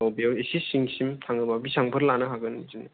आव बियाव एसे सिं सिम थाङोबा बेसेबां सिम लानो हागोन बिदिनो